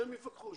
שהם יפקחו.